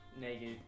naked